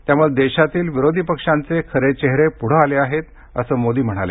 त्यामुळं देशातील विरोधी पक्षांचे खरे चेहरे पुढे आले आहेत असं मोदी म्हणाले